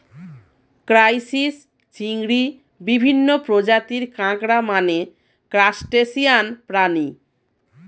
crisis, চিংড়ি, বিভিন্ন প্রজাতির কাঁকড়া মানে ক্রাসটেসিয়ান প্রাণী